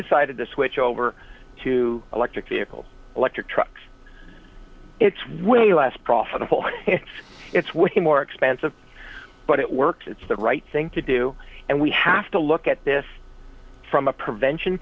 decided to switch over to electric vehicles electric trucks it's way less profitable it's working more expensive but it works it's the right thing to do and we have to look at this from a prevention